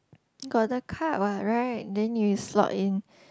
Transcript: got the card what right then you slot in